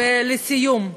לסיום,